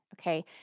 okay